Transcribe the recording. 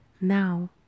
now